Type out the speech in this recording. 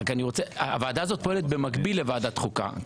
הוועדה הזאת פועלת במקביל לוועדת חוקה,